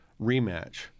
rematch